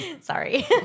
Sorry